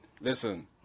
listen